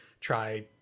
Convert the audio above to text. try